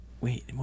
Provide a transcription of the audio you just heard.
Wait